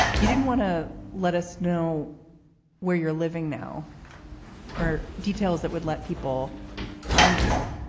you didn't want to let us know where you're living now or details that would let people find you.